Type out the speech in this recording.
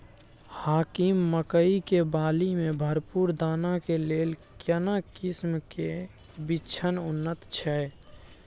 हाकीम मकई के बाली में भरपूर दाना के लेल केना किस्म के बिछन उन्नत छैय?